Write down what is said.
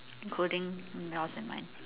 including yours and mine